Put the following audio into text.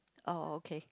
oh okay